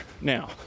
Now